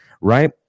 Right